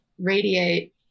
radiate